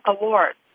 awards